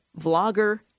vlogger